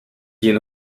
geen